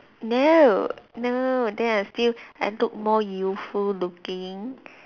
no no then I still I look more youthful looking